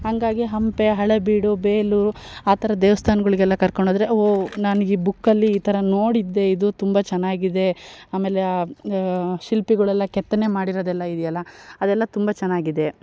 ಹಂಗಾಗಿ ಹಂಪೆ ಹಳೇಬೀಡು ಬೇಲೂರು ಆ ಥರ ದೇವಸ್ಥಾನ್ಗುಳಿಗೆಲ್ಲ ಕರ್ಕೊಂಡು ಹೋದ್ರೆ ಓ ನನಗೆ ಈ ಬುಕ್ಕಲ್ಲಿ ಈ ಥರ ನೋಡಿದ್ದೇ ಇದು ತುಂಬ ಚೆನ್ನಾಗಿದೆ ಆಮೇಲೆ ಶಿಲ್ಪಿಗಳೆಲ್ಲ ಕೆತ್ತನೆ ಮಾಡಿರೋದೆಲ್ಲ ಇದೆಯೆಲ್ಲ ಅದೆಲ್ಲ ತುಂಬ ಚೆನ್ನಾಗಿದೆ